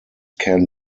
can